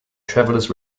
travelers